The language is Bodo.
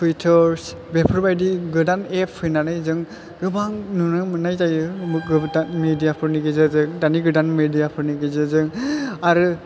थुइथार्स बेफोरबायदि गोबां एफ्स फैनानै जों गोबां नुनो मोननाय जायो मेदियाफोरनि गेजेरजों दानि गोदान मेदियाफोरनि गेजेरजों आरो